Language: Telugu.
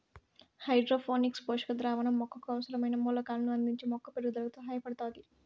హైడ్రోపోనిక్స్ పోషక ద్రావణం మొక్కకు అవసరమైన మూలకాలను అందించి మొక్క పెరుగుదలకు సహాయపడుతాది